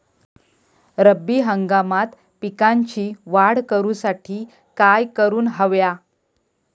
रब्बी हंगामात पिकांची वाढ करूसाठी काय करून हव्या?